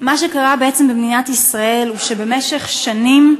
מה שקרה במדינת ישראל הוא שבמשך שנים,